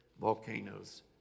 volcanoes